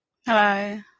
Hello